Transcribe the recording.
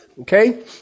Okay